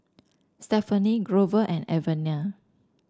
Stefanie Grover and Alvena